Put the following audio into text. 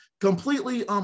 completely